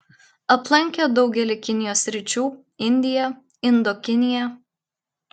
aplankė daugelį kinijos sričių indiją indokiniją